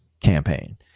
campaign